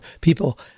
people